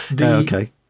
Okay